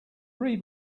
read